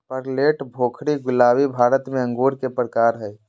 Perlette, Bhokri, गुलाबी भारत में अंगूर के प्रकार हय